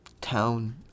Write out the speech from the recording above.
town